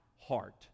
heart